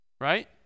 right